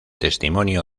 testimonio